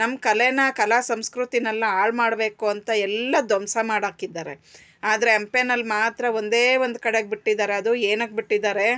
ನಮ್ಮ ಕಲೆನ ಕಲಾ ಸಂಸ್ಕೃತಿನೆಲ್ಲ ಹಾಳ್ ಮಾಡಬೇಕು ಅಂತ ಎಲ್ಲ ಧ್ವಂಸ ಮಾಡಾಕಿದ್ದಾರೆ ಆದರೆ ಹಂಪೆನಲ್ ಮಾತ್ರ ಒಂದೇ ಒಂದುಕಡೆಗ್ ಬಿಟ್ಟಿದ್ದಾರೆ ಅದು ಏನಕ್ಕೆ ಬಿಟ್ಟಿದ್ದಾರೆ